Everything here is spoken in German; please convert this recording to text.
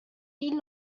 die